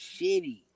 shitty